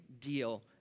deal